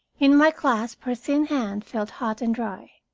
in my clasp her thin hand felt hot and dry.